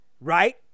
right